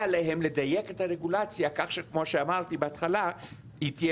להם לדייק את הרגולציה כך שכמו שאמרתי בהתחלה היא תהיה